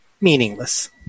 meaningless